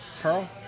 Carl